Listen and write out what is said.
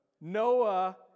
Noah